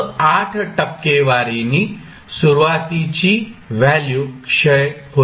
8 टक्केवारीने सुरुवातीची व्हॅल्यू क्षय होईल